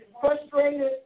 frustrated